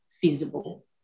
feasible